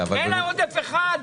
אין עודף אחד?